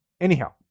Anyhow